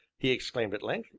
he exclaimed at length,